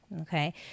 Okay